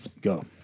Go